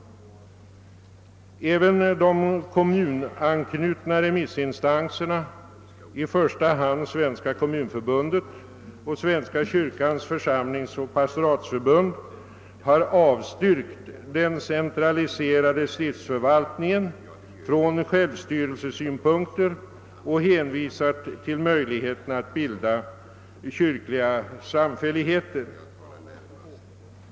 Även de kommunanslutna remissinstanserna, i första hand Svenska kommunförbundet och Svenska kyrkans församlingsoch pastoratsförbund, har avstyrkt den centraliserade stiftsförvaltningen från självstyrelsesynpunkter och hänvisar till möjligheten att bilda kyrkliga samfälligheter.